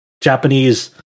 Japanese